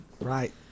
right